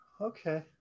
Okay